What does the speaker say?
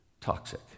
toxic